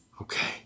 Okay